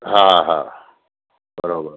हा हा बराबरि